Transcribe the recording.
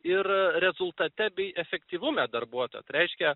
ir rezultate bei efektyvume darbuotojo reiškia